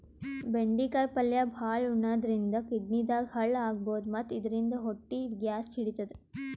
ಬೆಂಡಿಕಾಯಿ ಪಲ್ಯ ಭಾಳ್ ಉಣಾದ್ರಿನ್ದ ಕಿಡ್ನಿದಾಗ್ ಹಳ್ಳ ಆಗಬಹುದ್ ಮತ್ತ್ ಇದರಿಂದ ಹೊಟ್ಟಿ ಗ್ಯಾಸ್ ಹಿಡಿತದ್